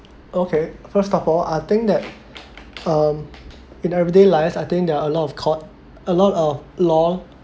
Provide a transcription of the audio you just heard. okay first of all I think that um in everyday life I think there are a lot of court a lot of law